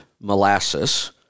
molasses